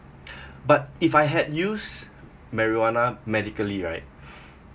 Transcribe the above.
but if I had use marijuana medically right